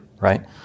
right